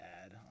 add